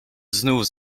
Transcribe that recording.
znów